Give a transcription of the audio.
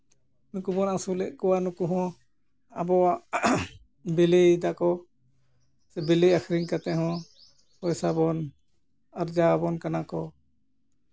ᱱᱩᱠᱩᱵᱚᱱ ᱟᱹᱥᱩᱞᱮᱫ ᱠᱚᱣᱟ ᱱᱩᱠᱩ ᱦᱚᱸ ᱟᱵᱚᱣᱟᱜ ᱵᱤᱞᱤᱭ ᱫᱟᱠᱚ ᱵᱤᱞᱤ ᱟᱹᱠᱷᱨᱤᱧ ᱠᱟᱛᱮᱫ ᱦᱚᱸ ᱯᱚᱭᱥᱟᱵᱚᱱ ᱟᱨᱡᱟᱣ ᱟᱵᱚᱱ ᱠᱟᱱᱟ ᱠᱚ